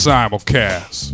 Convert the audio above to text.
Simulcast